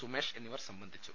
സുമേഷ് എന്നിവർ സംബന്ധിച്ചു